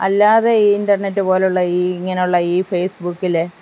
അല്ലാതെ ഇന്റർനെറ്റ് പോലെയുള്ള ഈ ഇങ്ങനെയുള്ള ഈ ഫെയ്സ് ബുക്കിലെ